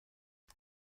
ihr